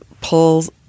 pulls